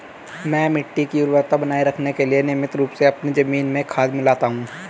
मैं मिट्टी की उर्वरता बनाए रखने के लिए नियमित रूप से अपनी जमीन में खाद मिलाता हूं